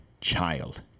child